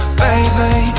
baby